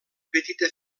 petita